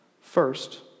first